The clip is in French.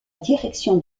direction